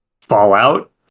Fallout